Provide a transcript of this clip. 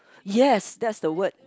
yes that's the word